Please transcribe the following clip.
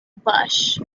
bush